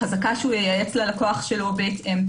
חזקה שהוא ייעץ ללקוח שלו בהתאם.